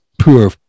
poor